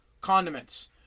condiments